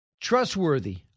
Trustworthy